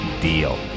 deal